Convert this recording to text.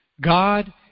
God